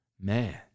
man